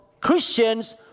Christians